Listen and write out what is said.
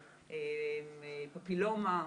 פפילומה,